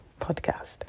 podcast